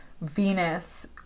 Venus